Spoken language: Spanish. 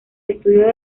estudio